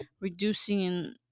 reducing